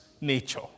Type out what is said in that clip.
nature